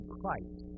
Christ